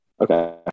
Okay